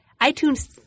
iTunes